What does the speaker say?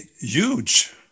huge